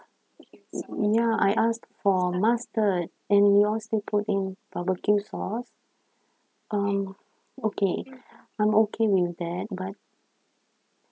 ya I asked for mustard and you all still put in barbecue sauce um okay I'm okay with that but